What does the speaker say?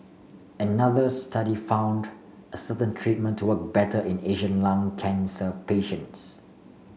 another study found a certain treatment to work better in Asian lung cancer patients